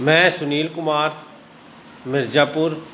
ਮੈਂ ਸੁਨੀਲ ਕੁਮਾਰ ਮਿਰਜ਼ਾਪੁਰ